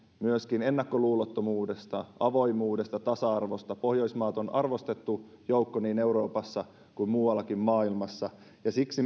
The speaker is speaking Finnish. myöskin ennakkoluulottomuudesta avoimuudesta tasa arvosta pohjoismaat ovat arvostettu joukko niin euroopassa kuin muuallakin maailmassa ja siksi